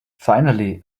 finally